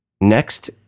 Next